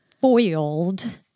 Foiled